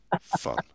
fun